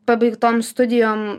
pabaigtom studijom